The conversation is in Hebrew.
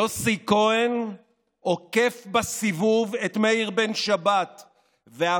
יוסי כהן עוקף בסיבוב את מאיר בן שבת והפך